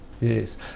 Yes